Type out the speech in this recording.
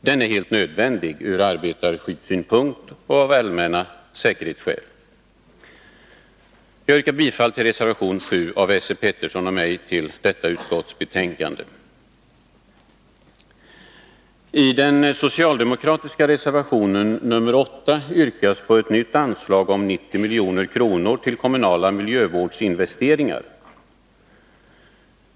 Den är helt nödvändig från arbetarskyddssynpunkt och av allmänna säkerhetsskäl. Jag yrkar bifall till reservation nr 7 av Esse Petersson och mig till detta utskottsbetänkande. I den socialdemokratiska reservationen nr 8 yrkas på ett nytt anslag om 90 milj.kr. till kommunala miljövårdsinvesteringar.